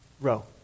row